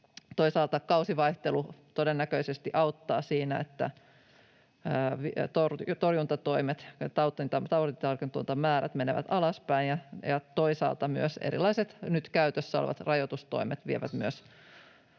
Toisaalta kausivaihtelu todennäköisesti auttaa siinä, että torjuntatoimet ja tartuntamäärät menevät alaspäin. Toisaalta myös erilaiset nyt käytössä olevat rajoitustoimet vievät